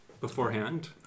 beforehand